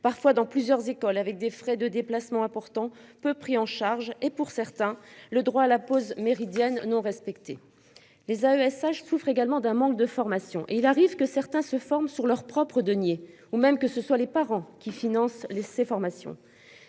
parfois dans plusieurs écoles avec des frais de déplacement important peu pris en charge et pour certains le droit à la pause méridienne non respecté les AESH souffre également d'un manque de formation et il arrive que certains se forme sur leurs propres deniers, ou même que ce soit les parents qui finance les ces formations